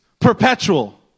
perpetual